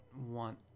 want